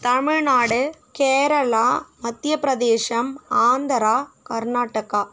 தமிழ்நாடு கேரளா மத்தியப்பிரதஷம் ஆந்திரா கர்நாடக்கா